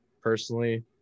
personally